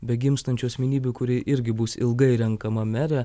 begimstančių asmenybių kuri irgi bus ilgai renkama mere